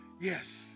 yes